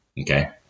Okay